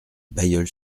bailleul